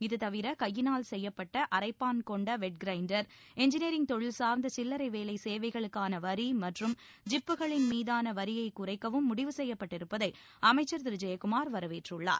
இதுதவிர கையினால் செய்யப்பட்ட அரைப்பாள் கொண்ட வெட் கிரைண்டர் என்ஜினியரிப் தொழில் சார்ந்த சில்லறை வேலை சேவைகளுக்கான வரி மற்றும் ஜிப்புகளின் மீதான வரியைக் குறைக்கவும் முடிவு செய்யப்பட்டிருப்பதை அமைச்சர் திரு ஜெயக்குமார் வரவேற்றுள்ளார்